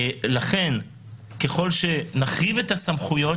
הלכות בהלבנת הון גם,